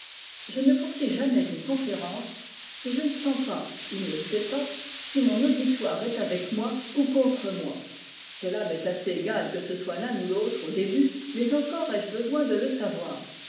je ne poursuis jamais une conférence si je ne sens pas ou ne sais pas si mon auditoire est avec moi ou contre moi cela m'est assez égal que ce soit l'un ou l'autre au début mais encore ai-je besoin de le savoir